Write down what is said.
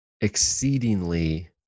exceedingly